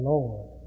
Lord